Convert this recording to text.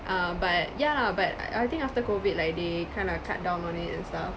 um but yeah lah but I I think after COVID like they kind of cut down on it and stuff